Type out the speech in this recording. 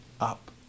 up